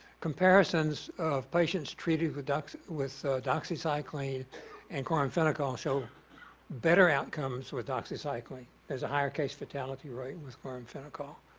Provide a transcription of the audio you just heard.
comparisons of patients treated with ah with doxycycline and chloramphenicol show better outcomes with doxycycline as a higher case fatality rate was chloramphenicol.